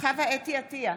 חוה אתי עטייה,